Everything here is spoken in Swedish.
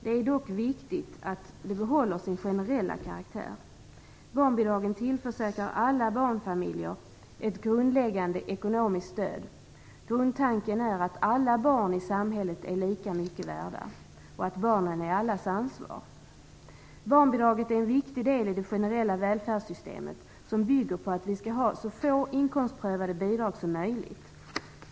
Det är dock viktigt att det behåller sin generella karaktär. Barnbidragen tillförsäkrar alla barnfamiljer ett grundläggande ekonomiskt stöd. Grundtanken är att alla barn i samhället är lika mycket värda och att barnen är allas ansvar. Barnbidraget är en viktig del i det generella välfärdssystemet som bygger på att vi skall ha så få inkomstprövade bidrag som möjligt.